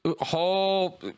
whole